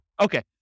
Okay